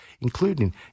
including